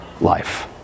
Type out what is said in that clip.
life